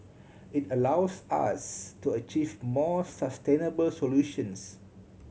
it allows us to achieve more sustainable solutions